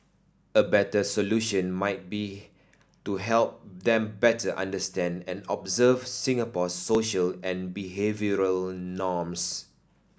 a better solution might be to help them better understand and observe Singapore's social and behavioural norms